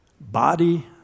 body